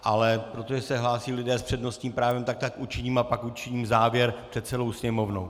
Ale protože se hlásí lidé s přednostním právem, tak tak učiním, a pak učiním závěr před celou sněmovnou.